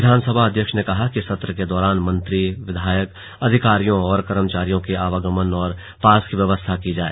विधान सभा अध्यक्ष ने कहा कि सत्र के दौरान मंत्री विधायक अधिकारियों और कर्मचारियों के अवागमन और पास की व्यवस्था की जाए